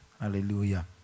Hallelujah